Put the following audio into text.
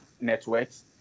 networks